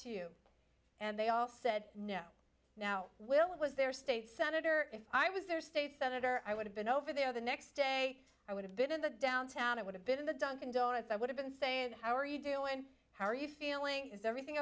you and they all said no now will it was their state senator if i was their state senator i would have been over there the next day i would have been in the downtown i would have been in the dunkin donuts i would have been saying how are you doing how are you feeling is everything